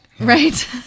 Right